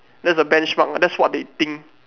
that's the benchmark that's what they think